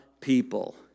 people